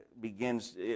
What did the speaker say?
begins